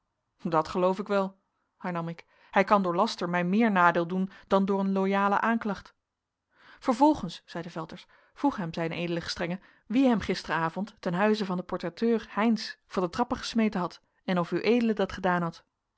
dat geloof ik wel hernam ik hij kan door laster mij meer nadeel doen dan door een loyale aanklacht vervolgens zeide velters vroeg hem z ed gestr wie hem gisteravond ten huize van den portretteur heynsz van de trappen gesmeten had en of ued dat gedaan had